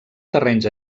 terrenys